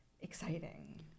exciting